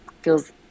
feels